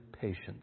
patience